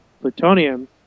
Plutonium